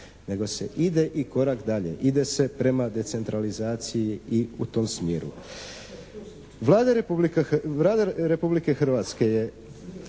nego se ide i korak dalje, ide se prema decentralizaciji i u tom smjeru. Vlada Republike Hrvatske je